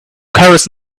carrots